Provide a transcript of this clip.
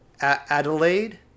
Adelaide